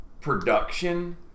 production